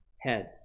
head